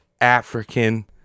African